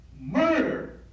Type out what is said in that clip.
murder